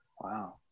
Wow